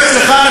לסיים.